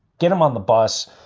get him on the bus.